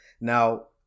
now